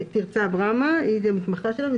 תרצה ברמה היא מתמחה שלנו.